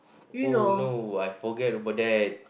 oh no I forget about that